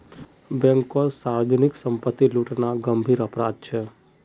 बैंककोत सार्वजनीक संपत्ति लूटना गंभीर अपराध छे